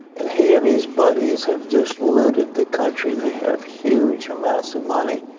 and he and his buddies have just looted the country. they have huge amounts of money.